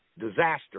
disaster